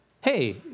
hey